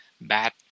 bad